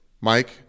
Mike